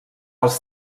als